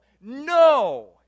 No